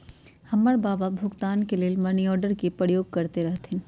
हमर बबा भुगतान के लेल मनीआर्डरे के प्रयोग करैत रहथिन